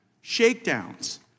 shakedowns